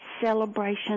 celebration